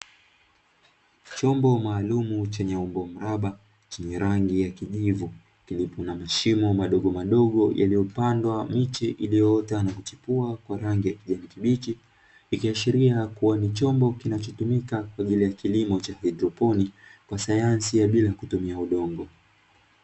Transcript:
Chombo maalumu chenye umbo mraba chenye rangi ya kijivu kilicho na mashimo madogomadogo yaliyopandwa miche iliyoota na kuchipua kwa rangi ya kijani kibichi ikiashikiria kuwa ni chombo kinachotumika kwa ajili ya kilimo cha haidroponi kwa sayansi ya bila kutumia udongo.